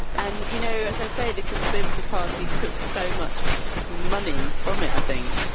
and you know, as i say, the conservative party took so much money from it, think.